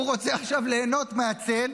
-- הוא רוצה עכשיו ליהנות מהצל,